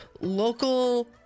local